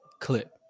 clip